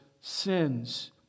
sins